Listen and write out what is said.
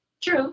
True